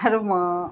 আৰু